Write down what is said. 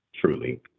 truly